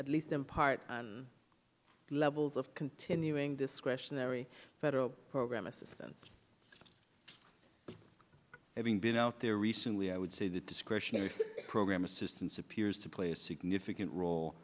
at least in part levels of continuing discretionary federal program assistance having been out there recently i would say that discretionary program assistance appears to play a significant role